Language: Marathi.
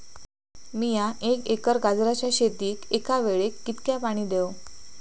मीया एक एकर गाजराच्या शेतीक एका वेळेक कितक्या पाणी देव?